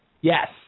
Yes